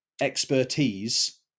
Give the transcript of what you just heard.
expertise